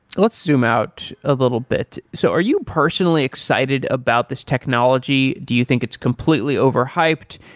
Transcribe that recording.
let's zoom out a little bit. so are you personally excited about this technology? do you think it's completely overhyped?